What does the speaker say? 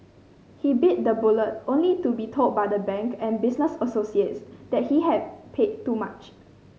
he bit the bullet only to be told by the bank and business associates that he had paid too much